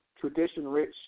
tradition-rich